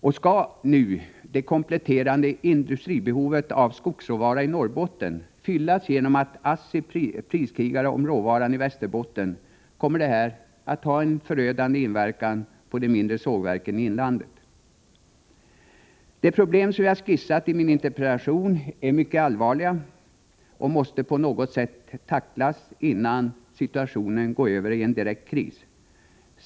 Och skall nu industrins behov av kompletterande skogsråvara i Norrbotten fyllas genom att ASSI priskrigar om råvaran i Västerbotten, kommer detta att ha en förödande inverkan på de mindre sågverken i inlandet. De problem som jag har skissat i min interpellation är mycket allvarliga och måste på något sätt tacklas innan situationen går över i en direkt kris.